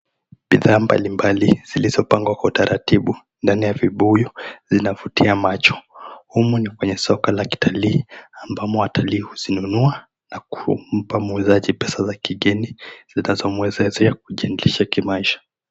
Bidhaa mbalimbali zilizopangwa kwa utaratibu ndani ya vibuyu zinavutia macho. Humu ni kwenye soko la kitalii ambamo watalii huzinunua na kumpa muuzaji pesa za kigeni ambazo zinazomwezesha kujiendesha kimaisha.